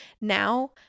Now